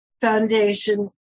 Foundation